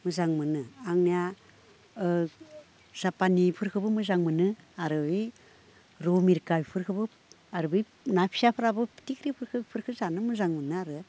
मोजां मोनो आंनिया जाफानिफोरखोबो मोजां मोनो आरो ओइ रौ मिरखाफोरखोबो आरो बै ना फिसाफ्राबो फिथिख्रिफोरखो जानो मोजांमोनो आरो